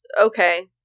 Okay